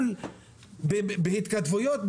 בהתכתבויות?